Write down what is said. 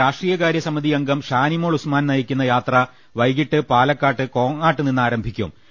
C രാഷ്ട്രീയകാര്യ സമിതി അംഗം ഷാനി മോൾ ഉസ്മാൻ നയിക്കുന്ന യാത്ര വൈകിട്ട് പാലക്കാട് കോങ്ങാട് നിന്നാ രംഭിക്കും